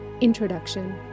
introduction